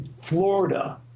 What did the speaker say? Florida